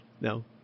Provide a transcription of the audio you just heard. no